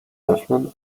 öffnen